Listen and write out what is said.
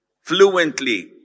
fluently